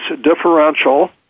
differential